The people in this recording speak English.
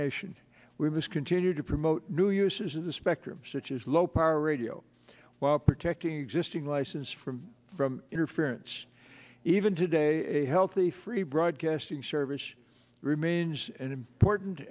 nation we must continue to promote new uses of the spectrum such as low power radio while protecting existing license from from interference even today a healthy free broadcasting service remains an important